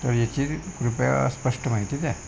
तर याची कृपया स्पष्ट माहिती द्या